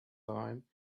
time